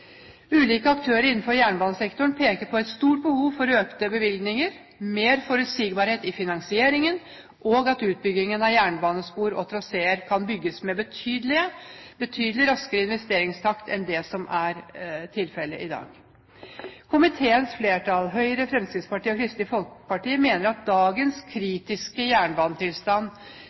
Ulike aktører innenfor jernbanesektoren peker på et stort behov for økte bevilgninger, mer forutsigbarhet i finansieringen, og at utbyggingen av jernbanespor og -traseer kan skje med betydelig raskere investeringstakt enn det som er tilfellet i dag. Komiteens flertall, Høyre, Fremskrittspartiet og Kristelig Folkeparti, mener at dagens kritiske jernbanetilstand